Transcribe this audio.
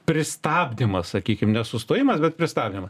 pristabdymas sakykim nesustojimas bet pristabdymas